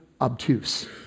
obtuse